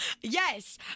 Yes